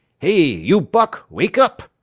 hey, you buck, wake up!